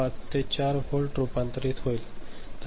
5 ते 4 व्होल्टमध्ये रूपांतरित होईल